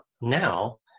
now